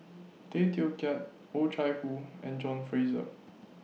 Tay Teow Kiat Oh Chai Hoo and John Fraser